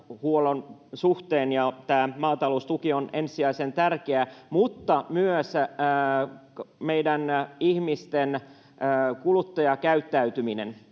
omavaraisia. Tämä maataloustuki on ensisijaisen tärkeä, mutta myös meidän ihmisten kuluttajakäyttäytyminen.